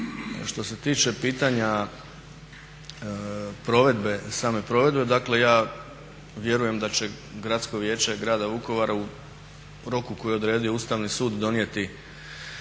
što se tiče pitanja same provedbe, dakle ja vjerujem da će Gradsko vijeće grada Vukovara u roku koji je odredio Ustavni sud donijeti